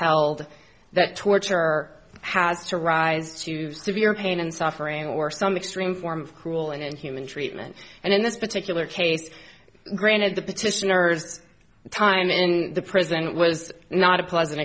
held that torture has to rise to severe pain and suffering or some extreme form of cruel and inhuman treatment and in this particular case granted the petitioners time in the prison was not a pleasant